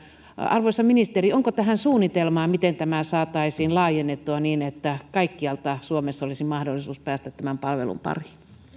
arvoisa ministeri onko tähän suunnitelmaa miten tämä saataisiin laajennettua niin että kaikkialla suomessa olisi mahdollisuus päästä tämän palvelun pariin